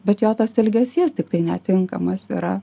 bet jo tas ilgesys tiktai netinkamas yra